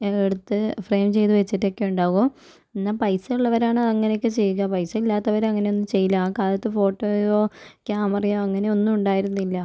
എടുത്ത് ഫ്രയിം ചെയ്തുവച്ചിട്ടൊക്കെ ഉണ്ടാകും എന്നാൽ പൈസയുള്ളവരാണ് അങ്ങനെയൊക്കെ ചെയ്ക പൈസയില്ലാത്തവര് അങ്ങനെയൊന്നും ചെയ്യില്ല ആക്കാലത്ത് ഫോട്ടോയോ ക്യാമറയോ അങ്ങനെയൊന്നും ഉണ്ടായിരുന്നില്ല